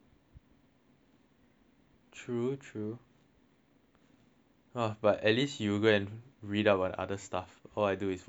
true true !wah! but at least you go and read out about other stuff all I do is watch Youtube videos